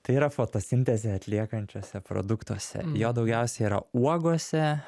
tai yra fotosintezę atliekančiuose produktuose jo daugiausia yra uogose